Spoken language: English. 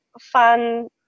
fun